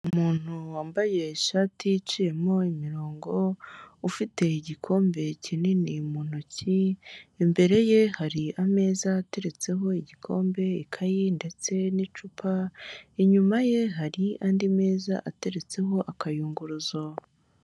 Umuntu wambaye ishati iciyemo imirongo, ufite igikombe kinini mu ntoki, imbere ye hari ameza yateretseho igikombe ikayi ndetse n'icupa, inyuma ye hari andi meza ateretseho akayunguruzobo.